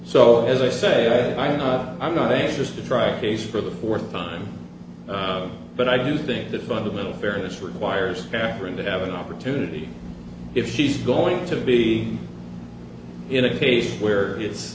so as i say i'm not i'm not anxious to try cases for the fourth time but i do think that fundamental fairness requires factoring to have an opportunity if she's going to be in a case where it's